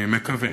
אני מקווה.